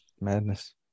Madness